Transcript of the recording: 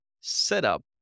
setup